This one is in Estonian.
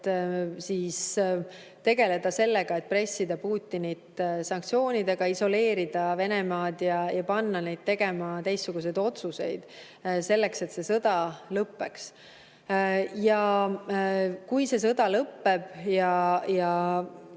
peame tegelema sellega, et pressida Putinit sanktsioonidega, isoleerida Venemaad ja panna neid tegema teistsuguseid otsuseid, selleks et see sõda lõpeks. Kui see sõda lõpeb ja